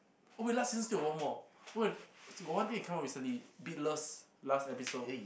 oh wait last season still got one more what got one thing that come out recently Beatless last episode